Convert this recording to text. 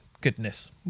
goodness